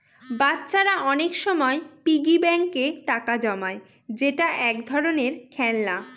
বাচ্চারা অনেক সময় পিগি ব্যাঙ্কে টাকা জমায় যেটা এক ধরনের খেলনা